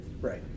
Right